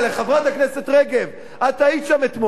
חברת הכנסת רגב, את היית שם אתמול.